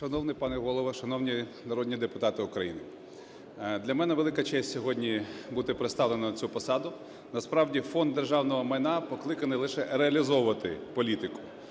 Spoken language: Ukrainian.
Шановний пане Голово! Шановні народні депутати України! Для мене велика честь сьогодні бути представленим на цю посаду. Насправді Фонд державного майна покликаний лише реалізовувати політику,